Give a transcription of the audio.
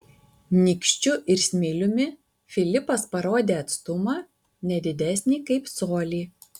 nykščiu ir smiliumi filipas parodė atstumą ne didesnį kaip colį